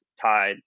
tied